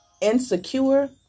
insecure